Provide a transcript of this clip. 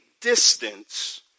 distance